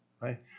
right